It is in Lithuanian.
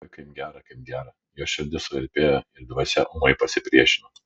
oi kaip gera kaip gera jos širdis suvirpėjo ir dvasia ūmai pasipriešino